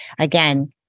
Again